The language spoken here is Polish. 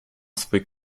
swój